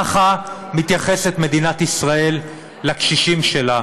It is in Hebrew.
ככה מתייחסת מדינת ישראל לקשישים שלה.